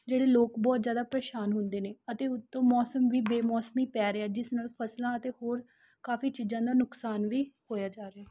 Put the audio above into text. ਜਿਹੜੇ ਲੋਕ ਬਹੁਤ ਜ਼ਿਆਦਾ ਪਰੇਸ਼ਾਨ ਹੁੰਦੇ ਨੇ ਅਤੇ ਉੱਤੋਂ ਮੌਸਮ ਵੀ ਬੇਮੌਸਮੀ ਪੈ ਰਿਹਾ ਜਿਸ ਨਾਲ ਫਸਲਾਂ ਅਤੇ ਹੋਰ ਕਾਫੀ ਚੀਜ਼ਾਂ ਦਾ ਨੁਕਸਾਨ ਵੀ ਹੋਇਆ ਜਾ ਰਿਹਾ